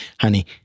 honey